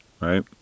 Right